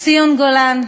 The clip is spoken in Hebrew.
ציון גולן,